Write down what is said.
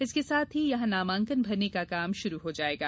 इसके साथ ही यहां नामांकन भरने का काम शुरू हो जायेगा